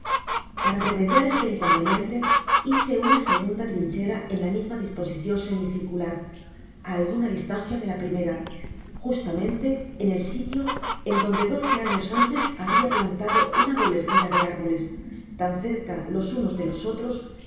para remediar este inconveniente hice una segunda trinchera en la misma disposicion semicircular á alguna distancia de la primera justamente en el sitio n donde doce anos antes habia plantado una doble fila de árboles tan cerca los unos de los otros